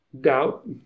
doubt